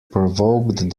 provoked